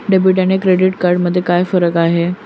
Debit आणि credit card मध्ये काय फरक आहे?